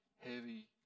heavy